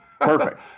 Perfect